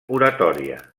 oratòria